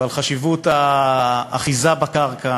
על חשיבות האחיזה בקרקע